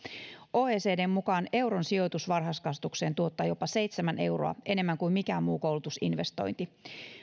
oecdn mukaan euron sijoitus varhaiskasvatukseen tuottaa jopa seitsemän euroa enemmän kuin mikään muu koulutusinvestointi